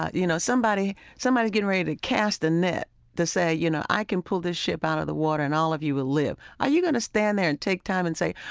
ah you know, somebody's getting ready to cast a net to say, you know i can pull this ship out of the water and all of you will live are you going to stand there and take time and say,